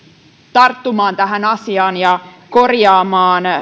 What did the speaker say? tarttumaan tähän asiaan ja korjaamaan